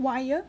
wire